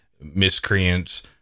miscreants